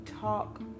talk